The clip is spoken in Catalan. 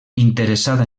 interessada